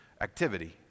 activity